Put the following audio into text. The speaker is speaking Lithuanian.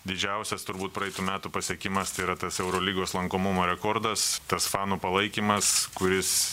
didžiausias turbūt praeitų metų pasiekimas tai yra tas eurolygos lankomumo rekordas tas fanų palaikymas kuris